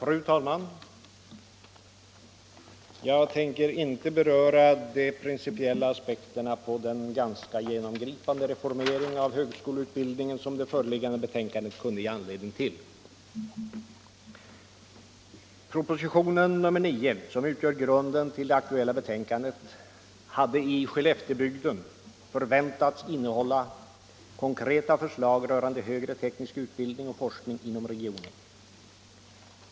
Fru talman! Jag tänker inte beröra de principiella aspekterna på denna ganska genomgripande reformering av högskoleutbildningen som det föreliggande betänkandet kunde ge anledning till. Propositionen nr 9, som utgör grunden till det aktuella betänkandet, hade i Skelleftebygden förväntats innehålla konkreta förslag rörande högre teknisk utbildning och forskning inom regionen.